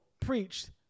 preached